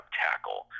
tackle